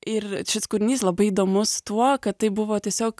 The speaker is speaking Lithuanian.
ir šis kūrinys labai įdomus tuo kad tai buvo tiesiog